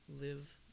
live